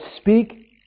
speak